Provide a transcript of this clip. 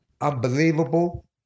unbelievable